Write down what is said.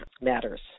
matters